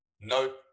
no